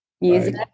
Music